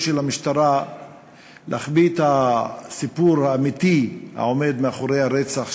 של המשטרה להחבאת הסיפור האמיתי העומד מאחורי הרצח,